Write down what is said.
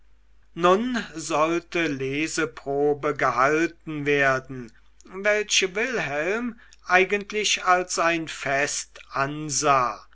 nun sollte leseprobe gehalten werden welche wilhelm eigentlich als ein fest ansah